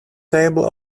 table